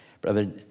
Brother